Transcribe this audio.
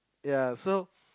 ya so